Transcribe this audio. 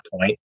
point